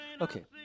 Okay